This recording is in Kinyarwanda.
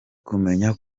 kumenya